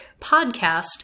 podcast